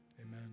amen